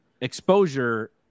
exposure